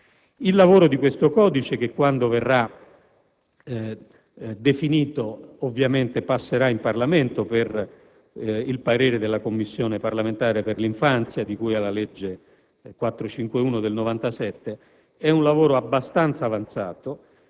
Il lavoro di questo codice, che quando verrà definito passerà ovviamente in Parlamento per il parere della Commissione parlamentare per l'infanzia, di cui alla legge n. 451 del 1997, è abbastanza avanzato.